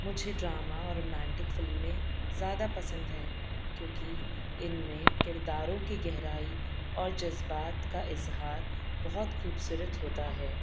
مجھے ڈرامہ اور رومانٹک فلمیں زیادہ پسند ہیں کیوںکہ ان میں کرداروں کی گہرائی اور جذبات کا اظہار بہت خوبصورت ہوتا ہے